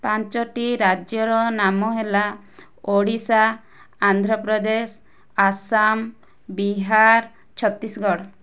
ପାଞ୍ଚୋଟି ରାଜ୍ୟର ନାମ ହେଲା ଓଡ଼ିଶା ଆନ୍ଧ୍ରପ୍ରଦେଶ ଆସାମ ବିହାର ଛତିଶଗଡ଼